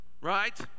right